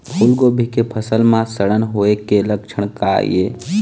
फूलगोभी के फसल म सड़न होय के लक्षण का ये?